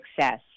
success